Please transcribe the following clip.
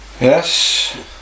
Yes